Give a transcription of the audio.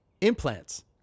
implants